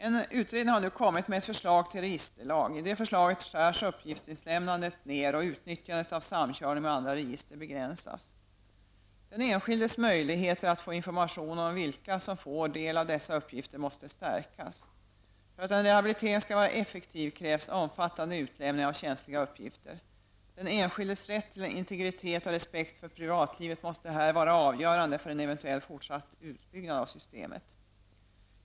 En utredning har nu kommit med ett förslag till registerlag. I det förslaget skärs uppgiftsinlämnandet ned och utnyttjandet av samkörning med andra register begränsas. Den enskildes möjligheter att få information om vilka som får del av dessa uppgifter måste stärkas. För att en rehabilitering skall vara effektiv krävs omfattande utlämning av känsliga uppgifter. Den enskildes rätt till integritet och respekt för privatlivet måste här vara avgörande för en eventuell fortsatt utbyggnad av systemet.